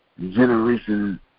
generation